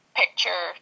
picture